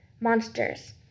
Monsters